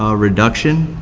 ah reduction